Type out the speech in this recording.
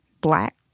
black